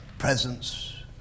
presence